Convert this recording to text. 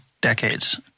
decades